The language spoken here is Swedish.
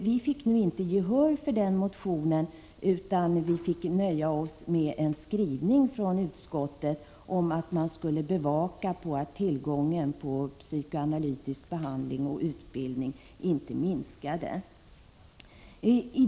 Vi fick nu inte gehör för den motionen, utan fick nöja oss med en utskottsskrivning om att man skulle bevaka att tillgången på psykoanalytisk behandling och psykoanalytikerutbildning inte minskar.